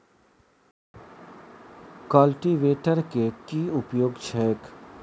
Cultivator केँ की उपयोग छैक?